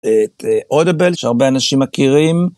את Audible שהרבה אנשים מכירים.